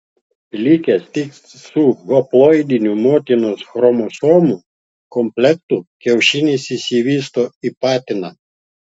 likęs tik su haploidiniu motinos chromosomų komplektu kiaušinis išsivysto į patiną